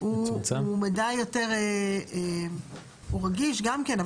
הוא מידע יותר הוא רגיש גם כן,